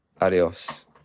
Adios